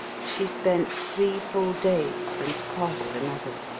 she spent three full days and part of another.